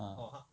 ah